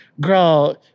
girl